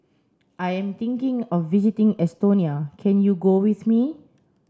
I am thinking of visiting Estonia can you go with me